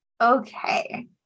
Okay